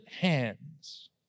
hands